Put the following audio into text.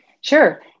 Sure